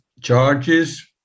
charges